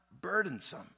burdensome